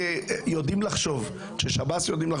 הסוהר יודעים לחשוב,